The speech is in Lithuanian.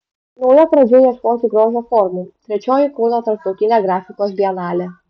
nauja pradžia ieškoti grožio formų trečioji kauno tarptautinė grafikos bienalė